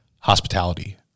hospitality